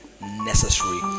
Necessary